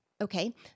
Okay